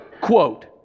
quote